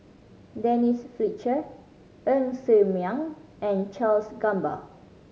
Denise Fletcher Ng Ser Miang and Charles Gamba